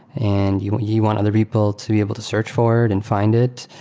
and you you want other people to be able to search for it and find it.